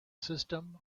system